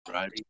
Right